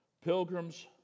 pilgrims